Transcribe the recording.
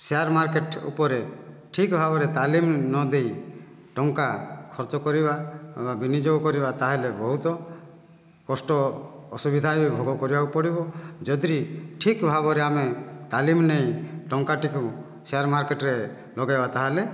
share market ଉପରେ ଠିକ ଭାବରେ ତାଲିମ ନଦେଇ ଟଙ୍କା ଖର୍ଚ୍ଚ କରିବା ଅବା ବିନିଯୋଗ କରିବା ତାହେଲେ ବହୁତ କଷ୍ଟ ଅସୁବିଧା ହିଁ ବି ଭୋଗ କରିବାକୁ ପଡ଼ିବ ଯଦି ଠିକ ଭାବରେ ଆମେ ତାଲିମ ନେଇ ଟଙ୍କାଟିକୁ ସେୟାର ମାର୍କେଟରେ ଲଗାଇବା ତାହେଲେ